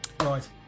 Right